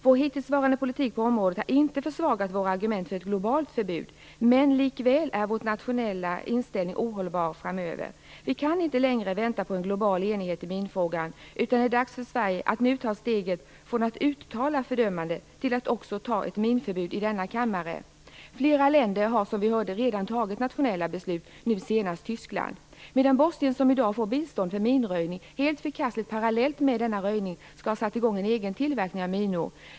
Vår hittillsvarande politik på området har inte försvagat våra argument för ett globalt förbud, men likväl är vår nationella inställning ohållbar framöver. Vi kan inte längre vänta på en global enighet i minfrågan, utan det är dags för Sverige att nu ta steget från att uttala fördömandet till att också i denna kammare fatta beslut om ett minförbud. Flera länder har som vi hörde redan fattat nationella beslut, nu senast Tyskland, medan Bosnien som i dag får bistånd för minröjning helt förkastligt, parallellt med denna röjning, skall ha satt i gång en egen tillverkning av minor.